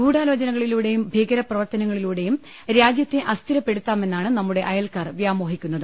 ഗൂഢാലോ ചനകളിലൂടെയും ഭീകരപ്രവർത്തനങ്ങളിലൂടെയും രാജ്യത്തെ അസ്ഥിരപ്പെ ടുത്താമെന്നാണ് നമ്മുടെ അയൽക്കാർ വ്യാമോഹിക്കുന്നത്